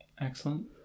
Excellent